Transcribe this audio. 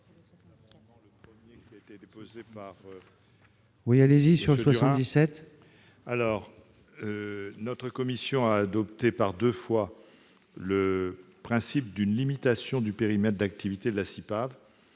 texte, la semaine dernière, notre commission a adopté, par deux fois, le principe d'une limitation du périmètre d'activité de la CIPAV.